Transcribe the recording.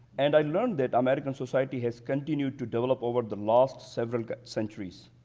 and i learned that american society has continued to develop over the last several centuries.